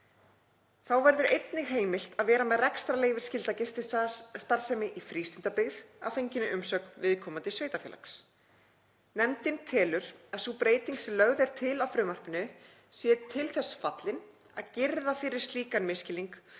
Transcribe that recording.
Þá verður einnig heimilt að vera með rekstrarleyfisskylda gististarfsemi í frístundabyggð að fenginni umsögn viðkomandi sveitarfélags. Nefndin telur að sú breyting sem lögð er til á frumvarpinu sé til þess fallin að girða fyrir slíkan misskilning